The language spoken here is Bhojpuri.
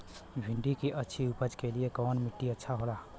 भिंडी की अच्छी उपज के लिए कवन मिट्टी अच्छा होला?